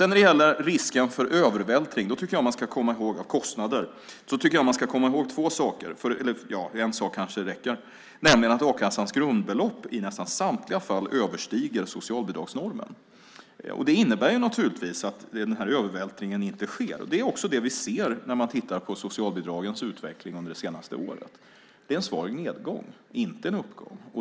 När det gäller risken för övervältring av kostnader tycker jag att man ska komma ihåg två saker, nej, en sak kanske räcker, nämligen att a-kassans grundbelopp i nästan samtliga fall överstiger socialbidragsnormen. Det innebär naturligtvis att den här övervältringen inte sker. Det är också det vi ser när vi tittar på socialbidragens utveckling under det senaste året. Det är en svag nedgång, inte en uppgång.